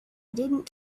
didn’t